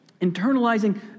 internalizing